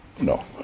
No